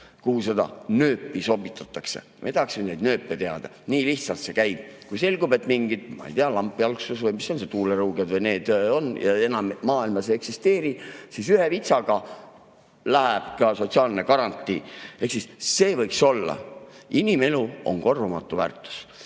kuhu seda nööpi sobitatakse. Aga me tahaksime nende nööpide kohta teada. Nii lihtsalt see käib. Kui selgub, et mingit, ma ei tea, lampjalgsust või mis on see, tuulerõuged või need on, enam maailmas ei eksisteeri, siis ühe vitsaga läheb ka sotsiaalne garantii. Ehk siis see võiks olla ... Inimelu on korvamatu väärtus. Praegu